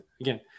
again